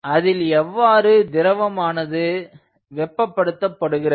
அதில் எவ்வாறு திரவமானது வெப்பபடுத்தப்படுகிறது